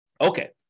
Okay